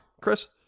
Chris